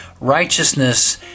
righteousness